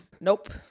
nope